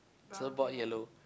surf board yellow